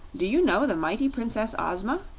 do you know the mighty princess ozma?